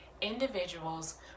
individuals